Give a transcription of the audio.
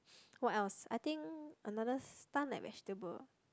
what else I think another stunt like vegetable